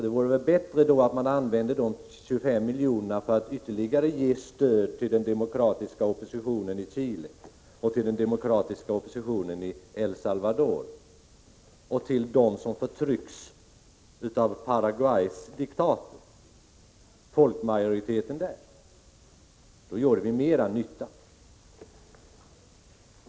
Det vore väl bättre att använda de 25 miljonerna för att ge ytterligare stöd till den demokratiska oppositionen i Chile och i El Salvador och till den folkmajoritet som förtrycks av Paraguays diktator. Då gjorde vi mera nytta.